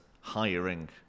hiring